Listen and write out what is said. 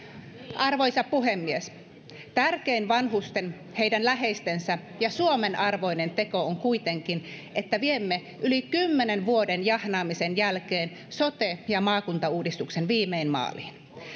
arvoisa puhemies tärkein vanhusten heidän läheistensä ja suomen arvoinen teko on kuitenkin että viemme yli kymmenen vuoden jahnaamisen jälkeen sote ja maakuntauudistuksen viimein maaliin